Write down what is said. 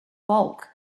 bulk